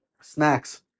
snacks